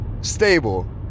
stable